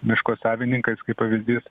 miško savininkais kaip pavyzdys